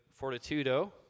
Fortitudo